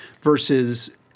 versus